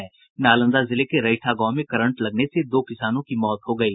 नालंदा जिले के रईठा गांव में करंट लगने से दो किसानों की मौत हो गयी